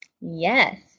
Yes